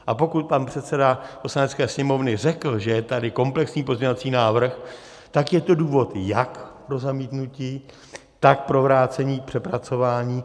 A pokud pan předseda Poslanecké sněmovny řekl, že je tady komplexní pozměňovací návrh, tak je to důvod jak pro zamítnutí, tak pro vrácení k přepracování.